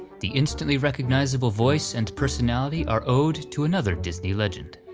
the instantly recognizable voice and personality are owed to another disney legend,